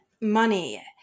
money